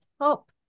help